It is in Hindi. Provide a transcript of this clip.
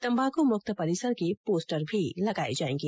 तंबाकू मुक्त परिसर के पोस्टर भी लगाये जायेगे